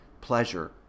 pleasure